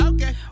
Okay